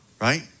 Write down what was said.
right